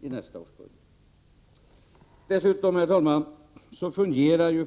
i nästa års budget. Herr talman! Skattesystemet fungerar dessutom så — det har ni moderater Prot.